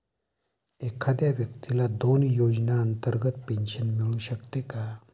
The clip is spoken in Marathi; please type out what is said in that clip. एखाद्या व्यक्तीला दोन योजनांतर्गत पेन्शन मिळू शकते का?